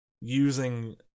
using